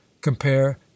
compare